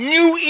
New